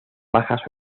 bajas